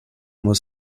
was